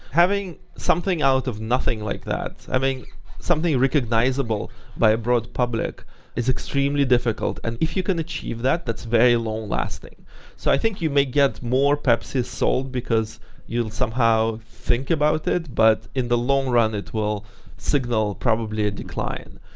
having something out of nothing like that, something recognizable by a broad public is extremely difficult. and if you can achieve that, that's very long-lasting so i think you may get more pepsi sold because you'll somehow think about it, but in the long run it will signal probably a decline.